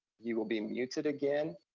you will be muted again,